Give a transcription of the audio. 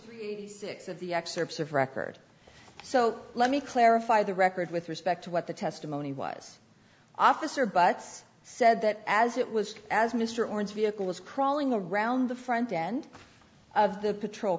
of the excerpts of record so let me clarify the record with respect to what the testimony was officer but said that as it was as mr oren's vehicle was crawling around the front end of the patrol